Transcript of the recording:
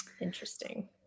Interesting